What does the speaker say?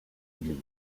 église